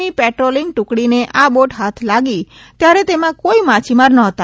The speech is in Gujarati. ની પેટ્રોલિંગ ટૂકડીને આ બોટ હાથ લાગી ત્યારે તેમાં કોઇ માછીમાર નહોતા